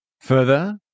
Further